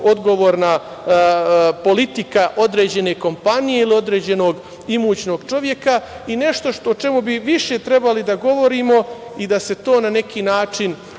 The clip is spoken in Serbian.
odgovorna politika određene kompanije ili određenog imućnog čoveka i nešto o čemu bi više trebali da govorimo i da se to na neki način